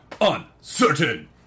uncertain